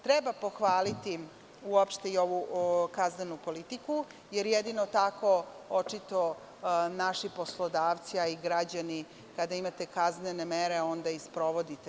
Treba pohvaliti i ovu kaznenu politiku, jer jedino tako očito naši poslodavci, a i građani, kada imate kaznene mere onda ih i sprovodite.